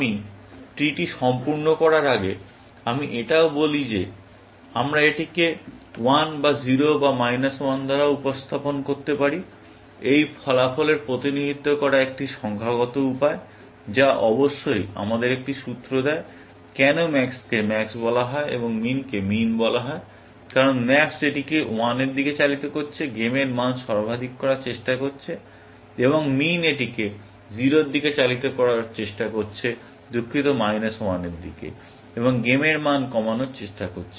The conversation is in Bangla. আমি ট্রি টি সম্পূর্ণ করার আগে আমি এটাও বলি যে আমরা এটিকে 1 বা 0 বা 1 দ্বারাও উপস্থাপন করতে পারি এই ফলাফলের প্রতিনিধিত্ব করা একটি সংখ্যাগত উপায় যা অবশ্যই আমাদের একটি সূত্র দেয় কেন max কে max বলা হয় এবং min কে min বলা হয় কারণ max এটিকে 1 এর দিকে চালিত করছে গেমের মান সর্বাধিক করার চেষ্টা করছে এবং min এটিকে 0 এর দিকে চালিত করার চেষ্টা করছে দুঃখিত মাইনাস 1 এর দিকে এবং গেমের মান কমানোর চেষ্টা করছে